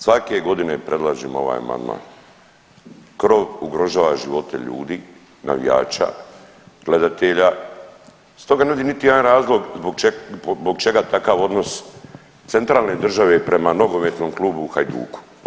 Svake godine predlažem ovaj amandman, krov ugrožava živote ljudi, navijača, gledatelja stoga ne vidim niti jedan razlog zbog čega takav odnos centralne države prema nogometnom klubu Hajduku.